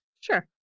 Sure